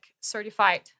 certified